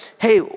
hey